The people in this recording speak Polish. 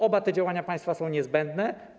Oba te działania państwa są niezbędne.